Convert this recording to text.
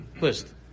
list